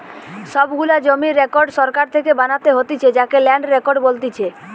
সব গুলা জমির রেকর্ড সরকার থেকে বানাতে হতিছে যাকে ল্যান্ড রেকর্ড বলতিছে